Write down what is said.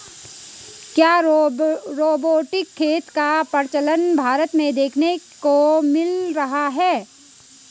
क्या रोबोटिक खेती का प्रचलन भारत में देखने को मिल रहा है?